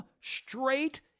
straight